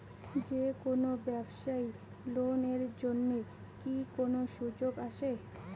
যে কোনো ব্যবসায়ী লোন এর জন্যে কি কোনো সুযোগ আসে?